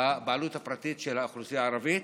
הבעלות הפרטית של האוכלוסייה הערבית